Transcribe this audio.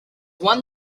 one